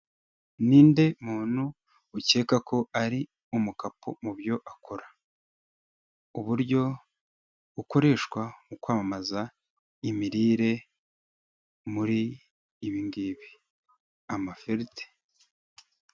Ninde muntu ukeka ko ari umukapo mu byo akora, uburyo bukoreshwa mu kwamamaza imirire muri ibi ngibi, amafriite...